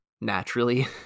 naturally